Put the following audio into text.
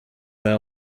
their